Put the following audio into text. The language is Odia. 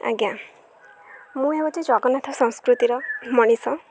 ଆଜ୍ଞା ମୁଁ ହେଉଛି ଜଗନ୍ନାଥ ସଂସ୍କୃତିର ମଣିଷ